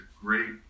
great